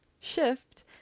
shift